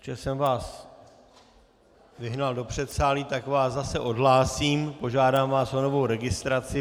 Protože jsem vás vyhnal do předsálí, tak vás zase odhlásím, požádám vás o novou registraci.